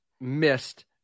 missed